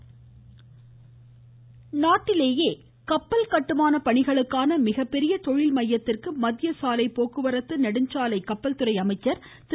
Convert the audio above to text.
ழுழுழுழ நிதின் கட்கரி நாட்டிலேயே கப்பல் கட்டுமான பணிகளுக்கான மிகப்பெரிய தொழில் மையத்திற்கு மத்திய சாலை போக்குவரத்து நெடுஞ்சாலைத்துறை அமைச்சர் திரு